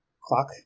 CLOCK